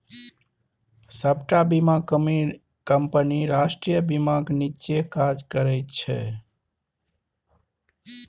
सबटा बीमा कंपनी राष्ट्रीय बीमाक नीच्चेँ काज करय छै